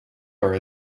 are